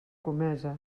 comesa